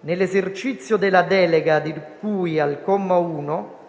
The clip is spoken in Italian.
Nell'esercizio della delega di cui al comma 1,